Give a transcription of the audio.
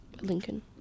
Lincoln